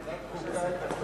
ועדת החוקה את תקציב בתי-המשפט.